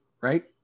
right